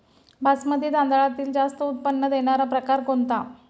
बासमती तांदळातील जास्त उत्पन्न देणारा प्रकार कोणता?